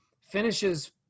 Finishes